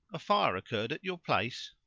a fire occurred at your place?